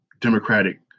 Democratic